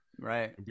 Right